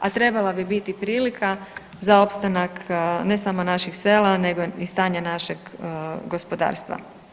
A trebala bi biti prilika za opstanak ne samo naših sela nego i stanja našeg gospodarstva.